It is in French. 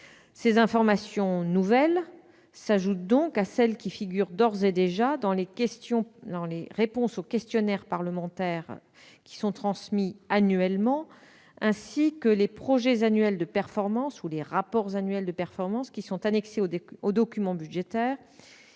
Ces informations nouvelles s'ajouteront à celles qui figurent d'ores et déjà dans les réponses aux questionnaires parlementaires transmis annuellement, ainsi que dans les projets annuels de performance et les rapports annuels de performance qui sont annexés aux documents budgétaires,